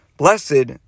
blessed